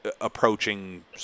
approaching